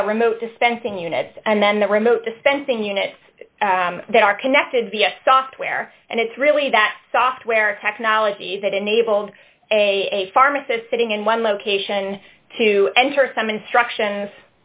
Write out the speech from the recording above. that remote dispensing unit and then the remote dispensing units that are connected via software and it's really that software technology that enabled a pharmacist sitting in one location to enter some instructions